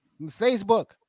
Facebook